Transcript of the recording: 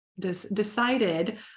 decided